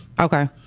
Okay